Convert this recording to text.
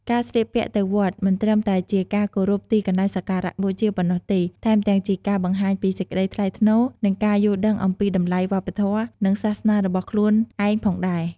ការស្លៀកពាក់ទៅវត្តមិនត្រឹមតែជាការគោរពទីកន្លែងសក្ការបូជាប៉ុណ្ណោះទេ ថែមទាំងជាការបង្ហាញពីសេចក្តីថ្លៃថ្នូរ និងការយល់ដឹងអំពីតម្លៃវប្បធម៌ និងសាសនារបស់ខ្លួនឯងផងដែរ។